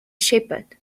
shepherd